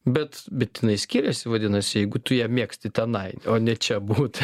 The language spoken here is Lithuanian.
bet bet jinai skiriasi vadinasi jeigu tu ją mėgsti tenai o ne čia būt